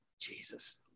Jesus